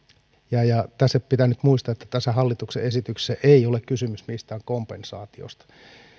mutta tässä pitää nyt muistaa että tässä hallituksen esityksessä ei ole kysymys mistään kompensaatiosta eli siitä